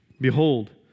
Behold